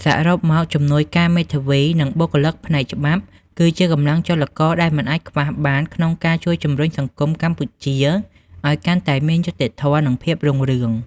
សរុបមក ជំនួយការមេធាវី និងបុគ្គលិកផ្នែកច្បាប់ គឺជាកម្លាំងចលករដែលមិនអាចខ្វះបាន ក្នុងការជួយជំរុញសង្គមកម្ពុជាឱ្យកាន់តែមានយុត្តិធម៌ និងភាពរុងរឿង។